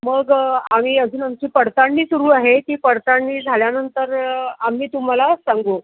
मग आम्ही अजून आमची पडताळणी सुरू आहे ती पडताळणी झाल्यानंतर आम्ही तुम्हाला सांगू